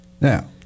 Now